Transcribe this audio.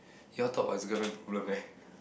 you all talk about his girlfriend problem eh